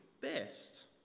best